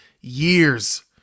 years